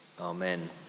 amen